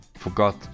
forgot